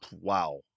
wow